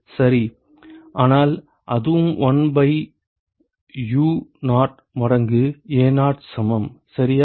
சரி ஆனால் அதுவும் 1 பை Uo மடங்கு Ao சமம் சரியா